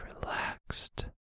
relaxed